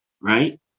right